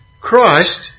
Christ